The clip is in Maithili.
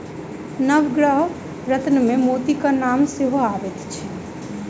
नवग्रह रत्नमे मोतीक नाम सेहो अबैत छै